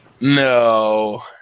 No